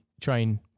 train